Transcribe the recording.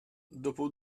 dopo